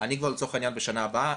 אני כבר לצורך העניין בשנה הבאה.